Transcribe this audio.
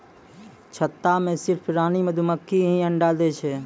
छत्ता मॅ सिर्फ रानी मधुमक्खी हीं अंडा दै छै